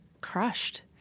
crushed